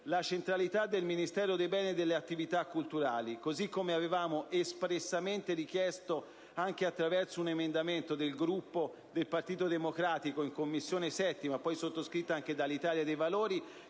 la centralità del Ministero dei beni e le attività culturali, così come avevamo espressamente richiesto anche attraverso un emendamento presentato dal Gruppo del Partito Democratico in 7a Commissione, poi sottoscritto anche dal Gruppo dell'Italia dei Valori;